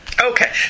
Okay